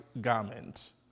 garment